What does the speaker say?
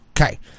Okay